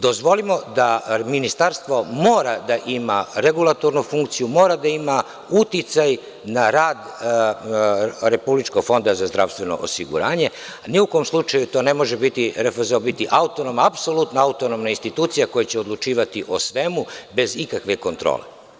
Dozvolimo da Ministarstvo mora da ima regulatornu funkciju, mora da ima uticaj na rad Republičkog fonda za zdravstveno osiguranje, ni u kom slučaju to ne može biti RFZO, biti autonomna institucija, koja će odlučivati o svemu bez ikakve kontrole.